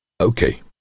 okay